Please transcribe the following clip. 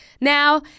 Now